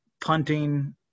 punting